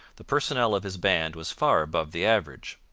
the personnel of his band was far above the average.